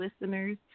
listeners